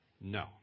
No